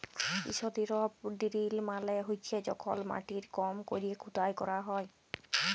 strip drill মালে হছে যখল মাটির কম ক্যরে খুদাই ক্যরা হ্যয়